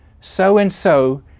so-and-so